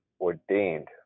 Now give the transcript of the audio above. ordained